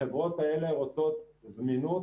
החברות האלה רוצות זמינות,